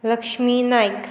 Lakshmi Naik